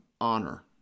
honor